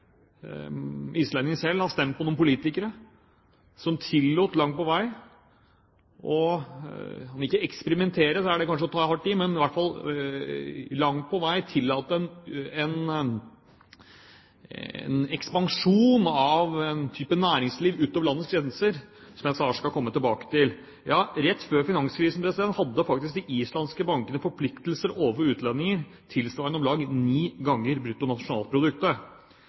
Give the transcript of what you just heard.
Island er på mange måter kommet i en ulykkelig situasjon, i den forstand at islendingene selv har stemt på noen politikere som langt på vei tillot om ikke å eksperimentere, som kanskje er å ta hardt i, men som i hvert fall tillot en ekspansjon av en type næringsliv utover landets grenser, som jeg snart skal komme tilbake til. Rett før finanskrisen hadde faktisk de islandske bankene forpliktelser overfor utlendinger tilsvarende om lag ni ganger bruttonasjonalproduktet.